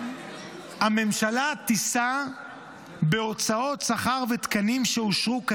הממשלה תישא בהוצאות שכר ותקנים שאושרו כדין,